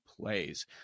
plays